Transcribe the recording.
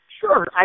Sure